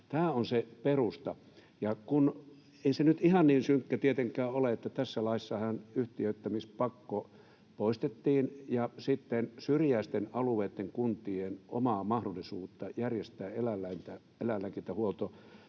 Tämä on se perusta. Ei se nyt ihan niin synkkä tietenkään ole. Tässä laissahan yhtiöittämispakko poistettiin ja syrjäisten alueitten kuntien omaa mahdollisuutta järjestää eläinlääkintähuolto